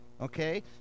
Okay